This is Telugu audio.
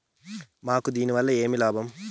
మాకు దీనివల్ల ఏమి లాభం